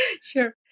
Sure